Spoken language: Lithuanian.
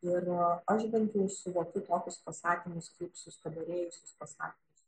ir aš bent jau suvokiu tokius pasakymus kaip sustabarėjusius pasakymus